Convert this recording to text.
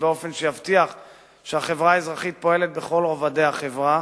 באופן שיבטיח שהחברה האזרחית פועלת בכל רובדי החברה,